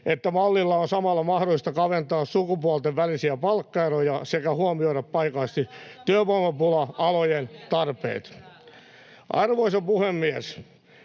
että mallilla on samalla mahdollista kaventaa sukupuolten välisiä palkkaeroja sekä huomioida paikallisesti työvoimapula-alojen tarpeet. [Suna Kymäläinen: